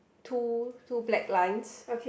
two two black lines